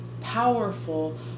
powerful